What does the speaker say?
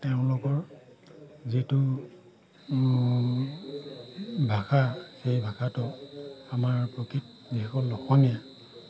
তেওঁলোকৰ যিটো ভাষা সেই ভাষাটো আমাৰ প্ৰকৃত যিসকল অসমীয়া